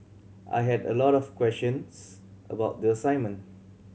I had a lot of questions about the assignment